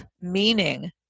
meaning